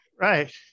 Right